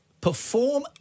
perform